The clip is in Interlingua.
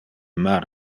mar